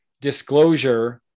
disclosure